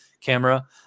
camera